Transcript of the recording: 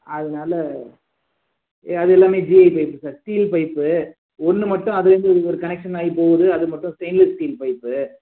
அதனால அது எல்லாமே GI pipe sir steel pipe ஒன்று மட்டும் அதுலேருந்து ஒரு கனெக்ஷனாகி போகுது அது மட்டும் ஸ்டெயின்லஸ் ஸ்டீல் பைப்பு